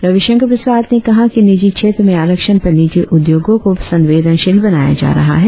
रविशंकर प्रसाद ने कहा कि निजी क्षेत्र में आरक्षण पर निजी उद्योगों को संवेदनशील बनाया जा रहा है